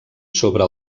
sobre